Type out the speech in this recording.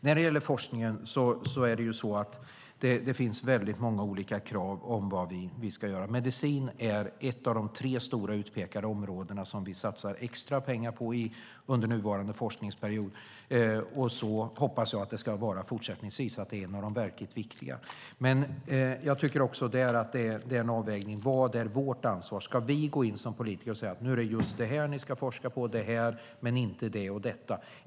När det gäller forskningen finns det många olika krav i fråga om vad vi ska göra. Medicin är ett av de tre stora utpekade områdena som vi satsar extra pengar på under nuvarande forskningsperiod, och jag hoppas att det även fortsättningsvis ska vara ett av de verkligt viktiga områdena. Jag tycker också där att det är en avvägning. Vad är vårt ansvar? Ska vi gå in som politiker och säga att det är just det här de ska forska på men inte detta?